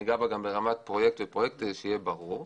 אדבר עליה ברמה של כל פרויקט שיהיה ברור.